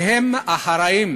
והם אחראים